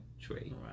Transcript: trade